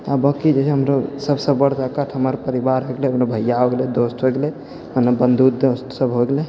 आओर बाकी जे छै हमरो सबसँ बड़ ताकत हमर परिवार हो गेलै हमर भैया हो गेलै दोस्त सब भऽ गेलै आओर ने बन्धु दोस्त सब हो गेलै